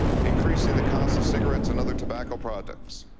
increase in the cost of cigarettes and other tobacco products